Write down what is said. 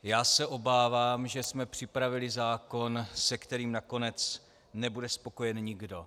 Já se obávám, že jsme připravili zákon, se kterým nakonec nebude spokojen nikdo.